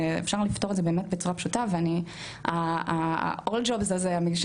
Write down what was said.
אפשר לפתור את זה באמת בצורה פשוטה וה'אול ג'ובס' הזה של